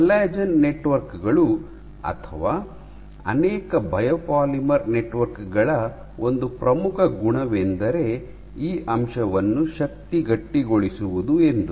collagen network ಗಳು ಅಥವಾ ಅನೇಕ ಬಯೋಪಾಲಿಮರ್ ನೆಟ್ವರ್ಕ್ ಗಳ ಒಂದು ಪ್ರಮುಖ ಗುಣವೆಂದರೆ ಈ ಅಂಶವನ್ನು ಶಕ್ತಿ ಗಟ್ಟಿಗೊಳಿಸುವುದು ಎಂದು